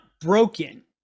broken